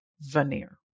veneer